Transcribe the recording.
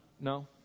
no